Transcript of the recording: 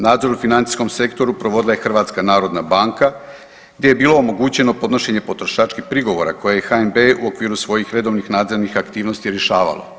Nadzor u financijskom sektoru provodila je HNB gdje je bilo omogućeno podnošenje potrošačkih prigovora koje je HNB u okviru svojih redovnih nadzornih aktivnosti rješavalo.